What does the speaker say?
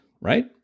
right